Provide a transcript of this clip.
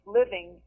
living